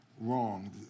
wrong